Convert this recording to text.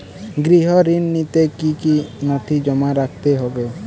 গৃহ ঋণ নিতে কি কি নথি জমা রাখতে হবে?